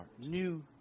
new